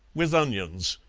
with onions,